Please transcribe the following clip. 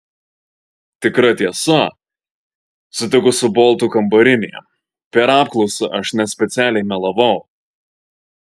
tikra tiesa sutiko su boltu kambarinė per apklausą aš nespecialiai melavau